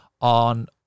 on